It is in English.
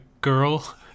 girl